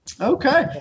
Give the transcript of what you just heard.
Okay